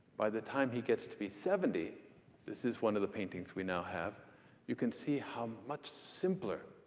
by the time he gets to be seventy this is one of the paintings we now have you can see how much simpler.